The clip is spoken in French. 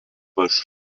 poche